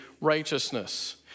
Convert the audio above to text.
righteousness